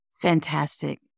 Fantastic